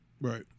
Right